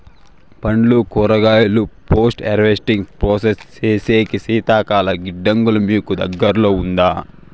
పండ్లు కూరగాయలు post harvesting process సేసేకి శీతల గిడ్డంగులు మీకు దగ్గర్లో ఉందా?